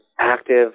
active